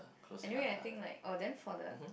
anyway I think like oh then for the